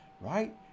right